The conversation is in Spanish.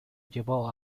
llevó